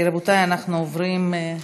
רבותי, אנחנו עוברים,